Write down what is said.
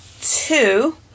two